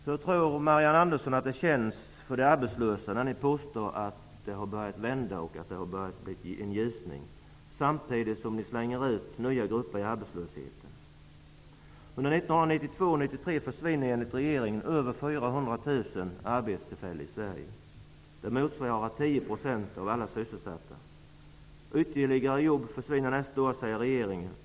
Hur tror Marianne Andersson att de arbetslösa känner det, när ni påstår att utvecklingen har börjat vända mot en ljusning, samtidigt som ni tvingar ut nya grupper i arbetslöshet? Under 1992 och 1993 arbetstillfällen i Sverige. Det motsvarar 10 % av alla sysselsatta. Ytterligare jobb försvinner nästa år, säger regeringen.